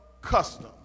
custom